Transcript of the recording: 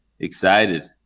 Excited